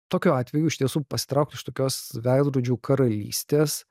tokiu atveju iš tiesų pasitraukt iš tokios veidrodžių karalystės